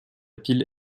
pile